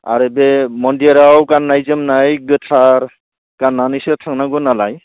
आरो बे मन्दिराव गान्नाय जोमनाय गोथार गान्नानैसो थांनांगौ नालाय